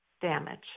damage